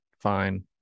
fine